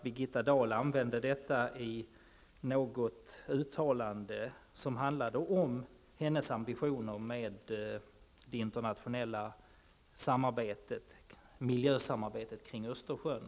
Birgitta Dahl använde sedan detta uttryck i något uttalande som handlade om hennes ambitioner med det internationella miljösamarbetet kring Östersjön.